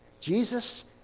Jesus